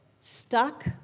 stuck